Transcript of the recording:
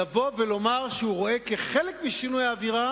לבוא ולומר שהוא רואה כחלק משינוי האווירה